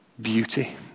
beauty